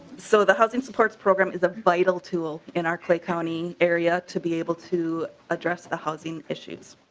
so the housing support program is a vital tool in our clay county area to be able to address the housing issue.